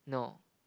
no